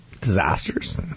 disasters